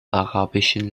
arabischen